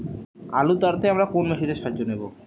আলু তাড়তে আমরা কোন মেশিনের সাহায্য নেব?